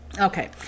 Okay